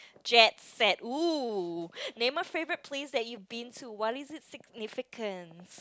jet set name a favourite place that you've been to what is it's significance